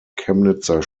chemnitzer